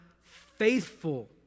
faithful